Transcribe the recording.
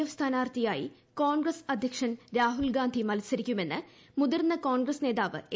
F സ്ഥാനാർത്ഥിയായി കോൺഗ്രസ്സ് അധ്യക്ഷൻ രാഹുൽ ഗാന്ധി മത്സരിക്കുമെന്ന് മുതിർന്ന കോൺഗ്രസ്സ് നേതാവ് എ